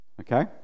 Okay